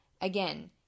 Again